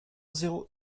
zéro